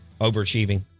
overachieving